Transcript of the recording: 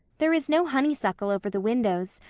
there is no honeysuckle over the windows,